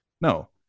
No